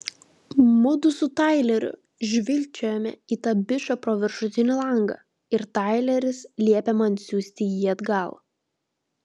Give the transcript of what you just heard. mudu su taileriu žvilgčiojame į tą bičą pro viršutinį langą ir taileris liepia man siųsti jį atgal